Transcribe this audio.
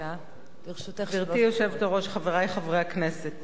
גברתי היושבת-ראש, חברי חברי הכנסת,